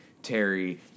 Terry